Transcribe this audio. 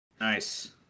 Nice